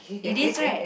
is this right